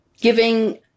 giving